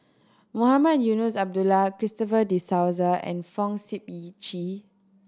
Mohamed Eunos Abdullah Christopher De Souza and Fong Sip Chee